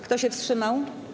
Kto się wstrzymał?